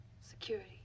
Security